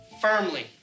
firmly